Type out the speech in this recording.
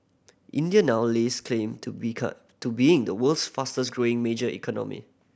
India now lays claim to become to being the world's fastest growing major economy